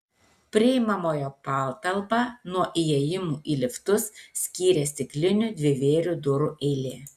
priimamojo patalpą nuo įėjimų į liftus skyrė stiklinių dvivėrių durų eilė